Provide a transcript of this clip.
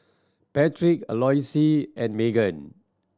Patric Eloise and Magen